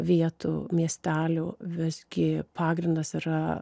vietų miestelių visgi pagrindas yra